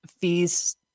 fees